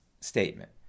statement